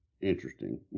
interesting